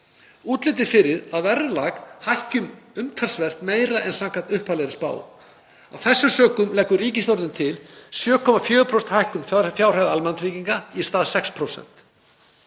er því fyrir að verðlag hækki umtalsvert meira en samkvæmt upphaflegri spá. Af þessum sökum leggur ríkisstjórnin til 7,4% hækkun fjárhæða almannatrygginga í stað 6%.